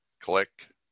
click